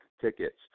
tickets